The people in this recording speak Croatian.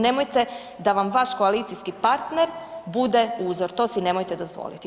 Nemojte da vam vaš koalicijski partner bude uzor, to si nemojte dozvoli.